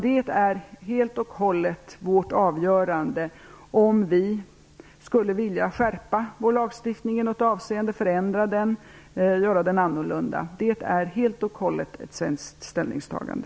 Det är helt och hållet vårt avgörande om vi skulle vilja skärpa vår lagstiftning i något avseende eller förändra den på annat sätt. Det är helt och hållet ett svenskt ställningstagande.